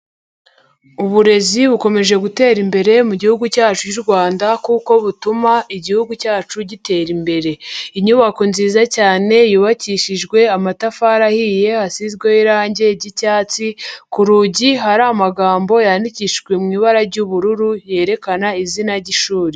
Uburezi bukomeje gutera imbere mu gihugu cyacu cy'u Rwanda kuko butuma igihugu cyacu gitera imbere. Inyubako nziza cyane yubakishijwe amatafari ahiye asizweho irangi ry'icyatsi ku rugi hari amagambo yandikijwe mu ibara ry'ubururu yerekana izina ry'ishuri.